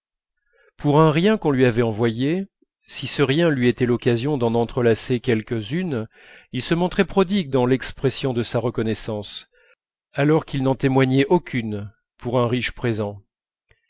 pour un rien qu'on lui avait envoyé si ce rien lui était l'occasion d'en entrelacer quelques-unes il se montrait prodigue dans l'expression de sa reconnaissance alors qu'il n'en témoignait aucune pour un riche présent